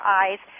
eyes